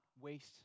waste